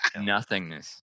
nothingness